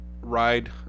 ride